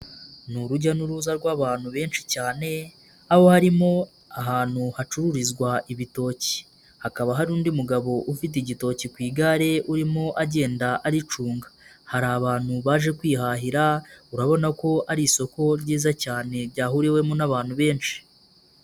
Ni urujya n'uruza rw'abantu benshi cyane, aho harimo ahantu hacururizwa ibitoki, hakaba hari undi mugabo ufite igitoki ku igare urimo agenda aricunga, hari abantu baje kwihahira, urabona ko ari isoko ryiza cyane ryahuriwemo n'abantu benshi.